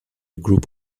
group